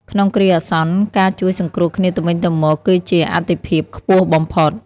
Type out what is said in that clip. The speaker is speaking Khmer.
ក្នុងគ្រាអាសន្ន ការជួយសង្គ្រោះគ្នាទៅវិញទៅមកគឺជាអាទិភាពខ្ពស់បំផុត។